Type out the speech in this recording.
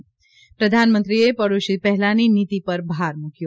પ્રધાનમંત્રીએ પડોશી પહેલાની નિતી પર ભાર મૂક્યો